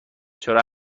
چرا